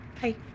hi